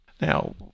Now